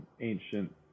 ancient